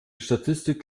statistik